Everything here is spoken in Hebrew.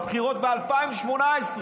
מהבחירות ב-2018.